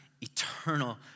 eternal